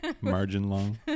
margin-long